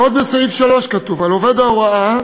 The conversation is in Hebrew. ועוד בסעיף 3 כתוב: "על עובד ההוראה,